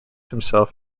himself